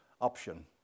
option